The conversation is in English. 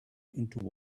into